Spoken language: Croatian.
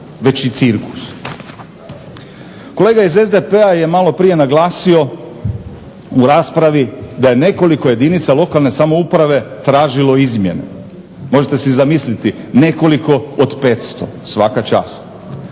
već i cirkus. Kolega iz SDP-a je malo prije naglasio u raspravi da je nekoliko jedinica lokalne samouprave tražilo izmjene. Možete si zamisliti nekoliko od 500. Svaka čast!